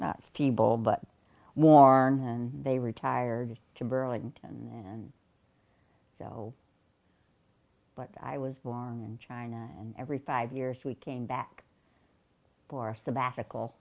e but worn they retired to burlington and so but i was born in china and every five years we came back for a sabbatical